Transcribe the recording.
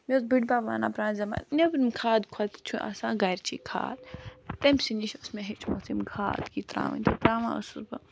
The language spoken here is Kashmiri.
مےٚ اوس بٕڑبَب ونان پرانہِ زمان نٮ۪برِم کھادِ کھۄتہٕ چھُ آسان گَرِچی کھاد تٔمۍ سی نِش اوس مےٚ ہیچھمٕژ یِم کھاد یہِ تراونۍ تہٕ تراوان ٲسس بہٕ